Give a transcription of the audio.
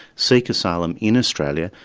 seek asylum in australia,